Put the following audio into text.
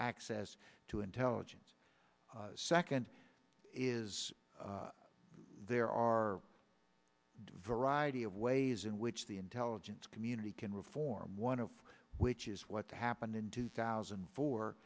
access to intelligence second is there are a variety of ways in which the intelligence community can reform one of which is what happened in two thousand